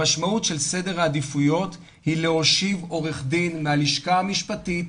המשמעות של סדר העדיפויות היא להושיב עורך דין מהלשכה המשפטית,